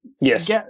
yes